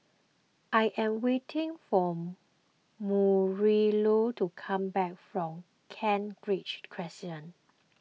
I am waiting for Marilou to come back from Kent Ridge Crescent